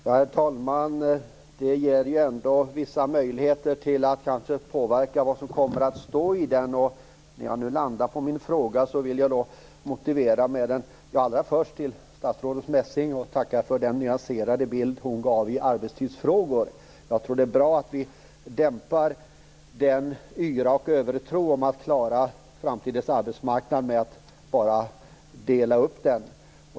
Herr talman! Det finns ju ändå vissa möjligheter att påverka vad som kommer att stå i den. När jag nu landar på min fråga vill jag motivera den. Allra först vill jag tacka statsrådet Messing för den nyanserade bild som hon gav när det gällde arbetstidsfrågor. Jag tror att det är bra att vi dämpar yran och övertron på att man skall klara av framtidens arbetsmarknad genom att bara dela upp den.